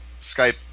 Skype